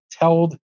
told